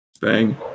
bang